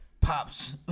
Pops